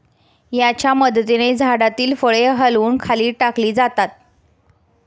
याच्या मदतीने झाडातील फळे हलवून खाली टाकली जातात